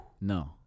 No